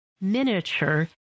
miniature